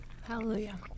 Hallelujah